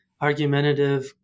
argumentative